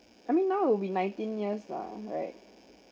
I mean now will be nineteen years lah right